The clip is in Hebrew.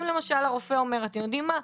אם יש למשל הרופא אומר 'אתם יודעים מה?